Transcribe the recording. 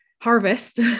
harvest